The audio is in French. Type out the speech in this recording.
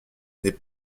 n’est